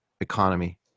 economy